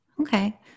Okay